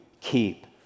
keep